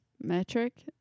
metric